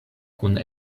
kun